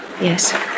Yes